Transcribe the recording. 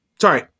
Sorry